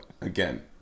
again